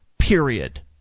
period